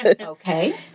Okay